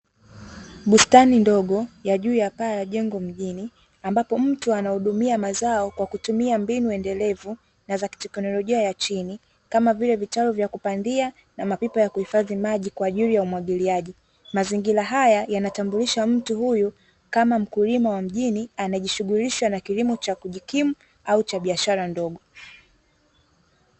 Bustani ndogo ya juu ya paa ya jengo mjini ambapo mtu anahudumia mazao kwa kutumia mbinu endelevu na za kiteknolojia ya chini kama vile vitalu vya kupanda, na mapipa ya kuhifadhi maji, kwa ajili ya umwagiliaji. Mazingira haya yanatambulisha mtu huyu kama mkulima wa mjini anayejishughulisha na kulimo cha kujikimu au cha biashara ndogo.